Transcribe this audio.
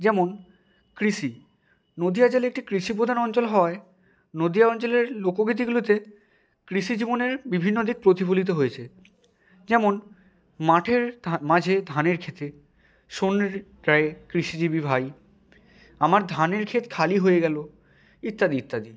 যেমন কৃষি নদীয়া জেলা একটি কৃষি পোধান অঞ্চল হওয়ায় নদীয়ার অঞ্চলের লোকগীতিগুলিতে কৃষি জীবনের বিভিন্ন দিক প্রতিফলিত হয়েছে যেমন ইত্যাদি ইত্যাদি